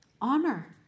honor